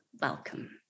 welcome